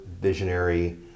visionary